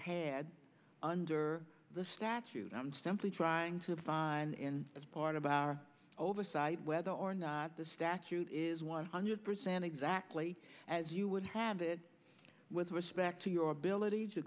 head under the statute i'm simply trying to find and as part of our oversight whether or not the statute is one hundred percent exactly as you would have it with respect to your ability to